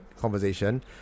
conversation